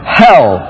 hell